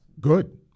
Good